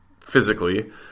physically